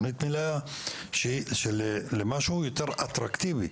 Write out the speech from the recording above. מלאה, למשהו יותר אטרקטיבי?